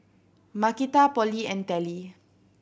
Markita Polly and Telly